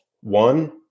One